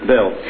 bill